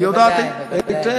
היא יודעת היטב.